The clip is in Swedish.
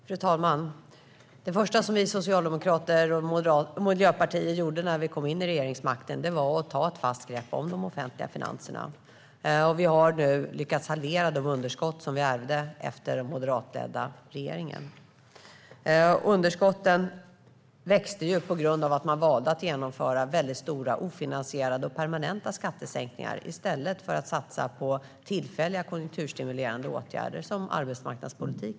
Fru talman! Det första som vi i Socialdemokraterna och Miljöpartiet gjorde när vi fick regeringsmakten var att ta ett fast grepp om de offentliga finanserna. Vi har nu lyckats halvera de underskott som vi ärvde efter den moderatledda regeringen. Underskotten växte på grund av att man valde att genomföra väldigt stora ofinansierade och permanenta skattesänkningar i stället för att satsa på tillfälliga konjunkturstimulerande åtgärder, som till exempel arbetsmarknadspolitik.